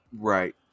right